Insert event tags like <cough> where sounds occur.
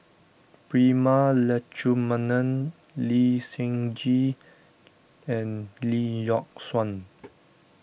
Prema Letchumanan Lee Seng Gee and Lee Yock Suan <noise>